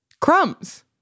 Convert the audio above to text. Crumbs